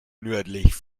nördlich